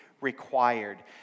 Required